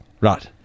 Right